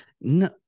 No